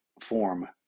form